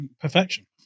Perfection